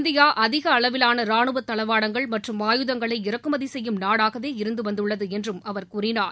India அதிக அளவிலான ராணுவத் தளவாடங்கள் மற்றம் ஆயுதங்களை இறக்குமதி செய்யும் நாடாகவே இருந்து வந்துள்ளது என்றும் அவர் கூறினார்